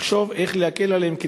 לחשוב איך להקל עליהם,